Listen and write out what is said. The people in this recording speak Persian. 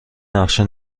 نقشه